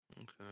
Okay